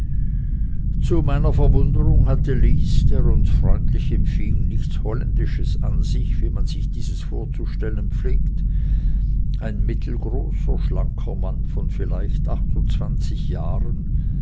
zu meiner verwunderung hatte lys der uns freundlich empfing nichts holländisches an sich wie man sich dieses vorzustellen pflegt ein mittelgroßer schlanker mann von vielleicht achtundzwanzig jahren